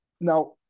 now